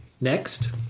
next